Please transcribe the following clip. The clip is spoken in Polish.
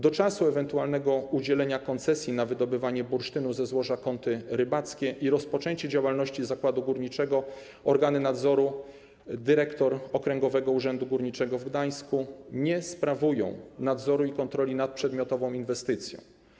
Do czasu ewentualnego udzielenia koncesji na wydobywanie bursztynu ze złoża Kąty Rybackie i rozpoczęcia działalności zakładu górniczego organy nadzoru, w tym dyrektor Okręgowego Urzędu Górniczego w Gdańsku, nie sprawują nadzoru ani kontroli nad przedmiotową inwestycją.